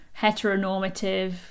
heteronormative